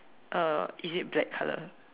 uh is it black colour